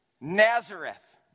Nazareth